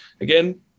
again